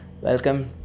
Welcome